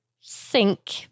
sink